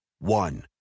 One